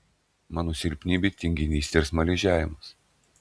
mano silpnybė tinginystė ir smaližiavimas